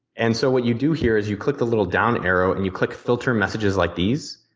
and so what you do here is you click the little down arrow and you click filter messages like these,